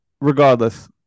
regardless